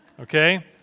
Okay